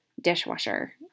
dishwasher